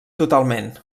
totalment